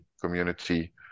community